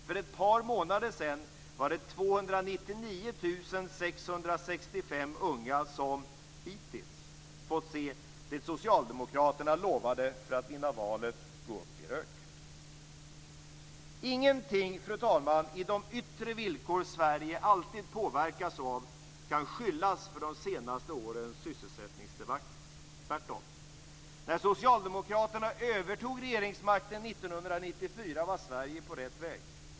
För ett par månader sedan var det 299 665 unga som hittills fått se det som Socialdemokraterna lovade för att vinna valet gå upp i rök. Ingenting, fru talman, i de yttre villkor som Sverige alltid påverkas av kan skyllas för de senaste årens sysselsättingsdebacle - tvärtom. När Socialdemokraterna övertog regeringsmakten 1994 var Sverige på rätt väg.